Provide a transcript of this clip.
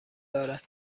دارد